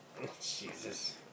Jesus